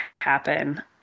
happen